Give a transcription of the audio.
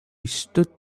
stood